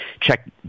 check